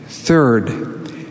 Third